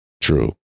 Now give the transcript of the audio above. true